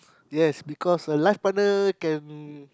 yes because a life partner can